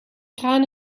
kraan